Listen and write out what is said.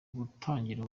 gutangira